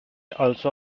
also